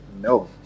No